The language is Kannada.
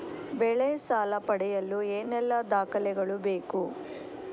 ಬೆಳೆ ಸಾಲ ಪಡೆಯಲು ಏನೆಲ್ಲಾ ದಾಖಲೆಗಳು ಬೇಕು?